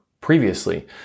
previously